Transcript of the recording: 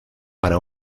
para